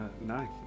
no